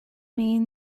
mean